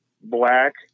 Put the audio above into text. black